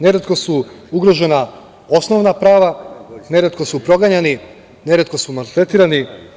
Neretko su ugrožena osnovna prava, neretko su proganjani, neretko su maltretirani.